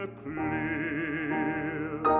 clear